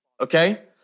okay